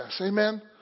Amen